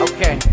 Okay